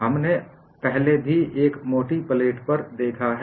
हमने पहले भी एक मोटी प्लेट पर देखा है